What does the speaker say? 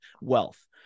wealth